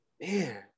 Man